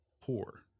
poor